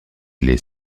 les